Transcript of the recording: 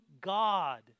God